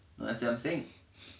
that's what I'm saying